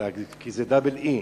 כי זה ee.